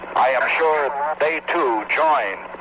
i am sure they, too, join